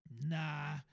nah